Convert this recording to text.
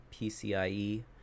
PCIe